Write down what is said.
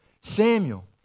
Samuel